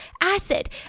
acid